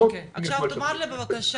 אוקי, עכשיו תאמר לי בבקשה,